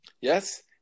Yes